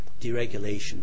deregulation